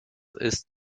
ist